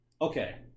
okay